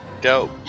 dope